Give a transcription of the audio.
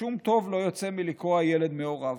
ששום טוב לא יוצא מלקרוע ילד מהוריו.